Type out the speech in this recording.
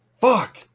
Fuck